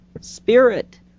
Spirit